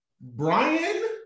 Brian